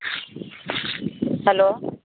hello